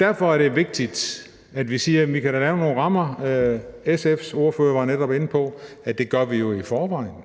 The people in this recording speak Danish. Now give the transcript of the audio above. Derfor er det vigtigt, at vi siger, at vi kan lave nogle rammer. Og SF's ordfører var netop inde på, at det gør vi jo i forvejen.